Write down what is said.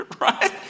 right